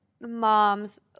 mom's